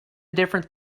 difference